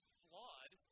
flawed